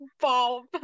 bob